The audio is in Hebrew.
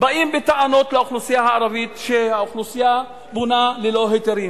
באים בטענות לאוכלוסייה הערבית שהיא בונה ללא היתרים.